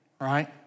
right